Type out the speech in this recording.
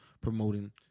promoting